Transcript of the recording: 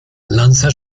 lanza